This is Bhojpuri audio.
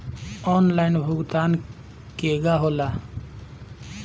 आनलाइन भुगतान केगा होला?